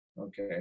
okay